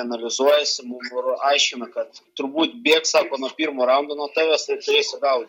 analizuojasi mum ir aiškina kad turbūt bėgs sako nuo pirmo raundo nuo tavęs ir turėsi gaudyt